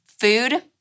Food